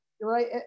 right